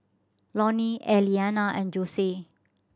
Lorne Eliana and Jose